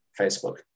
Facebook